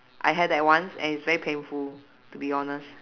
I had that once and it's very painful to be honest